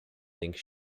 think